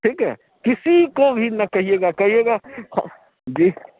ٹھیک ہے کسی کو بھی نہ کہیے گا کہیے گا جی